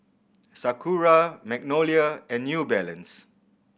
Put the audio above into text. Sakura Magnolia and New Balance